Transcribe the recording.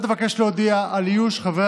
חבריי חברי